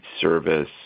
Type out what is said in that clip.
service